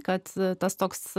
kad tas toks